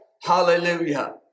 Hallelujah